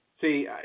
See